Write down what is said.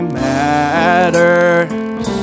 matters